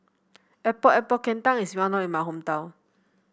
Epok Epok Kentang is well known in my hometown